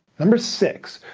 number six,